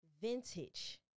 Vintage